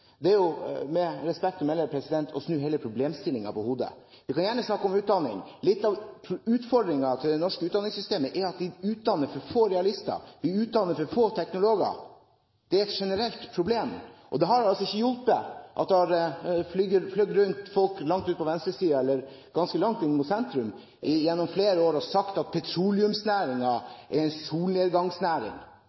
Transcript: Det er, med respekt å melde, å snu hele problemstillingen på hodet. Vi kan gjerne snakke om utdanning. Litt av utfordringen til det norske utdanningssystemet er at vi utdanner for få realister, vi utdanner for få teknologer. Det er et generelt problem, og det har ikke hjulpet at folk langt utpå venstresiden, eller ganske langt inn mot sentrum, har flydd rundt gjennom flere år og sagt at petroleumsnæringen er en